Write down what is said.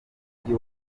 mujyi